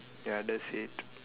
ya that's it